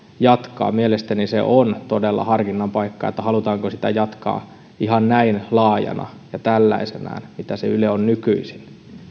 jatkaa mielestäni se on todella harkinnan paikka halutaanko sitä jatkaa ihan näin laajana ja tällaisenaan mitä yle on nykyisin